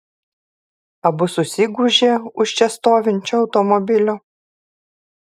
abu susigūžė už čia stovinčio automobilio